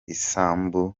isambu